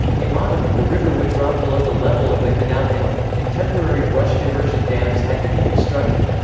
in autumn, the river would drop below the level of the canal inlet, and temporary brush diversion dams had to be constructed.